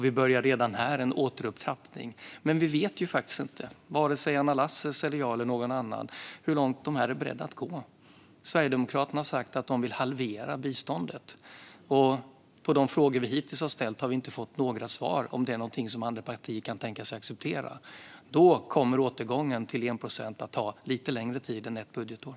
Vi börjar redan här en återupptrappning. Men vi vet faktiskt inte, varken Anna Lasses eller jag eller någon annan, hur långt de här är beredda att gå. Sverigedemokraterna har sagt att de vill halvera biståndet, och vi har hittills inte fått några svar på de frågor vi ställt om det är något som andra partier kan tänka sig att acceptera. Då kommer återgången till 1 procent att ta lite längre tid än ett budgetår.